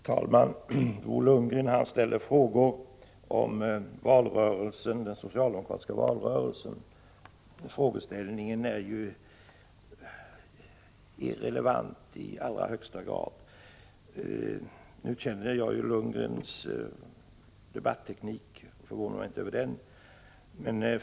Herr talman! Bo Lundgren ställer frågor om den socialdemokratiska valrörelsen. Dessa frågor är i högsta grad irrelevanta. Nu känner jag Bo Lundgrens debatteknik och blir alltså inte förvånad.